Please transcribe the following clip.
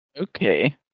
Okay